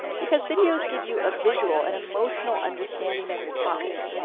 because videos give you a visual and emotional understanding of your topic.